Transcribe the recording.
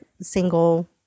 single